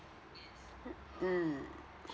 mm